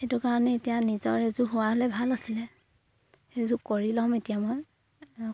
সেইটো কাৰণে এতিয়া নিজৰ এযোৰ হোৱা হ'লে ভাল আছিলে সেইযোৰ কৰি ল'ম এতিয়া মই